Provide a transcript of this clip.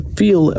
feel